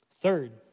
Third